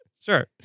Sure